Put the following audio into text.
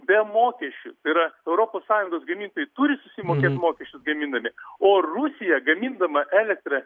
be mokesčių tai yra europos sąjungos gamintojai turi susimokėt mokesčius gamindami o rusija gamindama elektrą